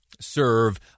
serve